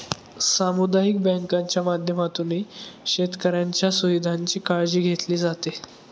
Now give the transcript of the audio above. सामुदायिक बँकांच्या माध्यमातूनही शेतकऱ्यांच्या सुविधांची काळजी घेतली जाते